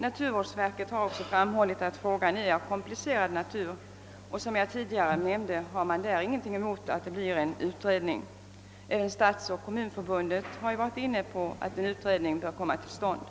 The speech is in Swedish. Naturvårdsverket har också framhållit att frågan är av komplicerad natur, och som jag tidigare nämnde har man icke haft någonting emot en utredning. även stadsoch kommunförbunden har varit inne på tanken att utredning bör komma till stånd.